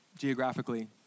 geographically